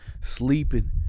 Sleeping